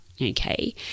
Okay